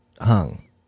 hung